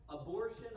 abortion